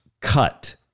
cut